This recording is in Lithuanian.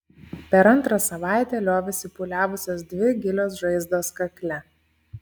per antrą savaitę liovėsi pūliavusios dvi gilios žaizdos kakle